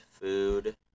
food